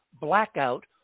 blackout